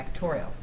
factorial